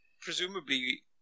Presumably